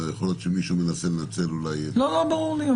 יכול להיות שמישהו מנסה לנצל אולי --- ברור לי.